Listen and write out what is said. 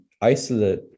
isolate